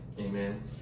Amen